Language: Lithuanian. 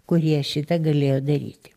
kurie šitą galėjo daryt